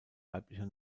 weiblicher